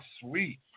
sweet